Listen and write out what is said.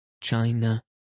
China